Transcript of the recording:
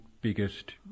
biggest